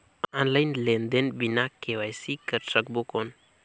Online लेनदेन बिना KYC कर सकबो कौन??